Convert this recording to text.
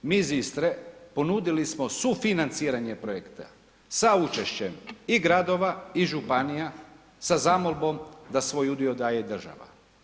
Mi iz Istre ponudili smo sufinanciranje projekta, sa učešćem i gradova i županija, sa zamolbom da svoj udio daje i država.